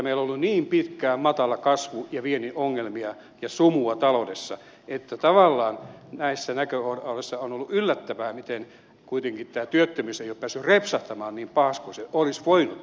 meillä on ollut niin pitkään matala kasvu ja viennin ongelmia ja sumua taloudessa että tavallaan näissä näkökohdissa on ollut yllättävää miten kuitenkaan tämä työttömyys ei ole päässyt repsahtamaan niin pahaksi kuin olisi voinut käydä